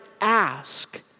ask